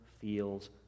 feels